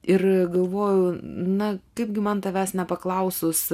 ir galvoju na kaipgi man tavęs nepaklausus